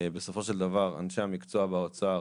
בסופו של דבר אנשי המקצוע באוצר